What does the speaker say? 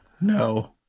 No